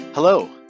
Hello